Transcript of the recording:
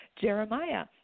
Jeremiah